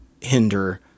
hinder